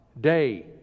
day